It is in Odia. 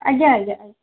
ଆଜ୍ଞା ଆଜ୍ଞା ଆଜ୍ଞା